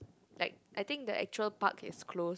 like I think the actual park is closed